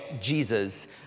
Jesus